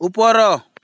ଉପର